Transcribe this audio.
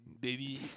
baby